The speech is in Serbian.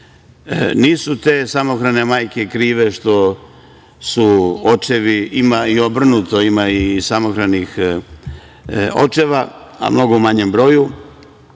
nisu te samohrane majke krive što su očevi, ima i obrnuto, ima i samohranih očeva, ali u mnogo manjem broju,